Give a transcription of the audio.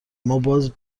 ماباز